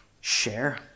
share